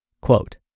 Quote